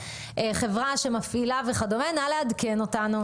חברה שמפעילה וכדומה נא לעדכן אותנו.